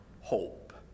hope